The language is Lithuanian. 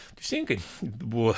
teisingai buvo